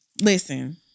listen